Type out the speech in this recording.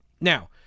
Now